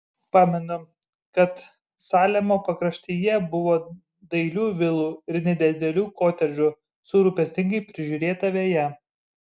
pamenu kad salemo pakraštyje buvo dailių vilų ir nedidelių kotedžų su rūpestingai prižiūrėta veja